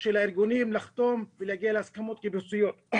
של הארגונים לחתום ולהגיע להסכמות קיבוציות.